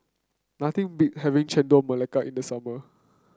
nothing beat having Chendol Melaka in the summer